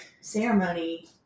ceremony